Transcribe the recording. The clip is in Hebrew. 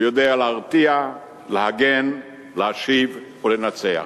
הוא יודע להרתיע, להגן, להשיב ולנצח.